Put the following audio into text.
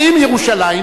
האם ירושלים,